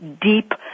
deep